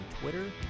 Twitter